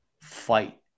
fight